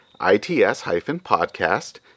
its-podcast